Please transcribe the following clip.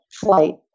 flight